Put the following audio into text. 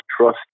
trust